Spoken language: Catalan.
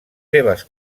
seves